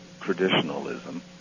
traditionalism